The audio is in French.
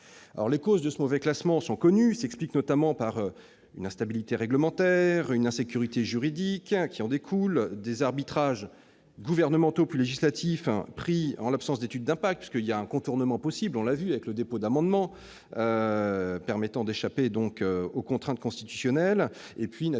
Les causes de ce mauvais classement sont connues et s'expliquent notamment par une instabilité réglementaire et l'insécurité juridique qui en découle, par des arbitrages gouvernementaux puis législatifs pris en l'absence d'études d'impact- il existe en effet un contournement possible de cette procédure le dépôt d'amendements, qui permet d'échapper aux contraintes constitutionnelles -et, naturellement,